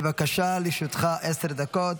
בבקשה, לרשותך עשר דקות.